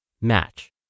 match